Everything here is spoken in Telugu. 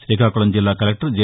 శ్రీకాకుళం జిల్లా కలెక్టర్ జె